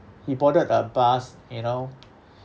he boarded a bus you know